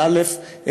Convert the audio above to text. באל"ף,